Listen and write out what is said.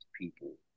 people